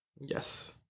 Yes